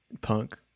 punk